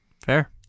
Fair